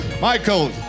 Michael